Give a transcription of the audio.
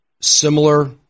similar